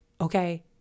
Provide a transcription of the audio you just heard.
Okay